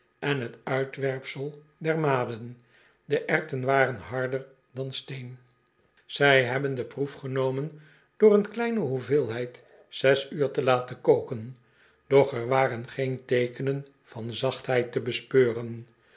en t uitwerpsel der maden de erwten waren harder dan steen zij hebben de proef genomen door eene kleine hoeveelheid zes uur te laten koken doch er waren geen teekenen van zachtheid te bespeuren